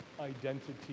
identity